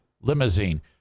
limousine